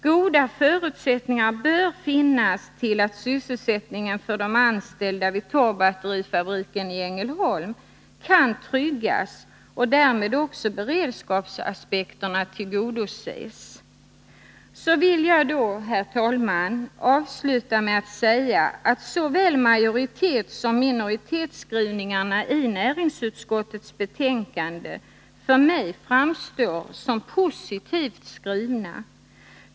Goda förutsättningar bör finnas till att sysselsättningen för de anställda vid Torrbatterifabriken i Ängelholm kan tryggas och därmed också beredskapsaspekterna tillgodoses. Så vill jag då, herr talman, avsluta med att säga att såväl majoritetssom minoritetsskrivningarna i näringsutskottets betänkande för mig framstår som positiva.